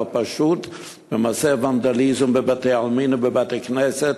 ומעשי הוונדליזם בבתי-העלמין ובבתי-הכנסת,